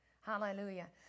Hallelujah